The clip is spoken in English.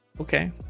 okay